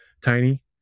tiny